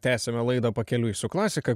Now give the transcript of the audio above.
tęsiame laidą pakeliui su klasika